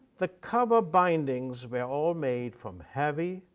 the cover bindings were all made from heavy,